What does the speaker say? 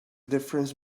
difference